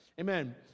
Amen